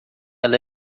ela